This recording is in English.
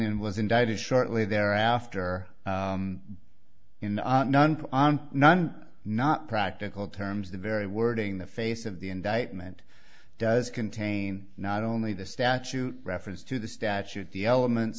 then was indicted shortly thereafter in not practical terms the very wording the face of the indictment does contain not only the statute reference to the statute the element